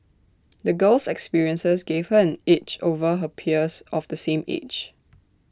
the girl's experiences gave her an edge over her peers of the same age